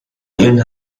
این